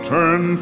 Turn